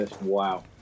Wow